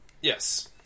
Yes